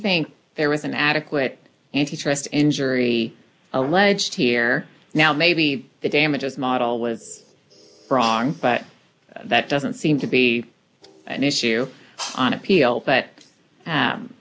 think there was an adequate injury alleged here now maybe the damages model was wrong but that doesn't seem to be an issue on appeal but